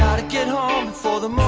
to get home before the